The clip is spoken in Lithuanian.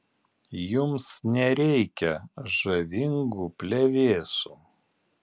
jums nereikia žavingų plevėsų